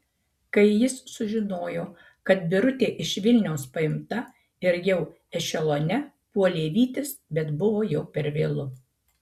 kai jis sužinojo kad birutė iš vilniaus paimta ir jau ešelone puolė vytis bet buvo jau per vėlu